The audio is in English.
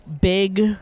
big